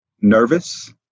nervous